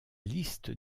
liste